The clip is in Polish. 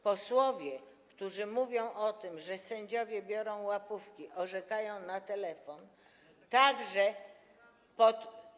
Posłowie, którzy mówią o tym, że sędziowie biorą łapówki, orzekają na telefon, także pod.